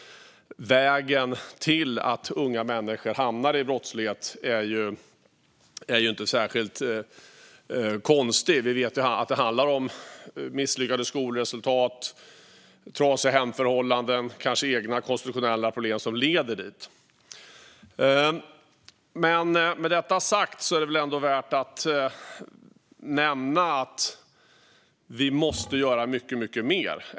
Vägen till att unga människor hamnar i brottslighet är inte särskilt konstig. Vi vet att det handlar om misslyckade skolresultat, trasiga hemförhållanden och kanske egna konstitutionella problem som leder dit. Med detta sagt är det ändå värt att nämna att vi måste göra mycket mer.